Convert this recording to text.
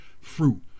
fruit